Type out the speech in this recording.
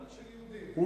רק של יהודים.